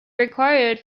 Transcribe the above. required